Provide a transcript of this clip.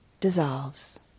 dissolves